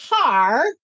car